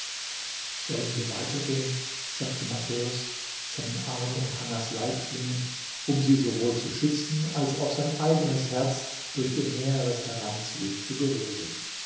sollen wir weitergehen sagte matthäus seinen arm um hannas leib schlingend um sie sowohl zu schützen als auch sein eigenes herz durch ihr näheres heranziehen zu beruhigen